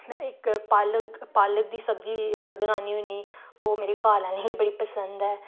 इक पालक पालक दी सब्जी बन्नानी होन्नी ओह् मेरे घर आह्लें गी बड़ी पसंद ऐ